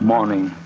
Morning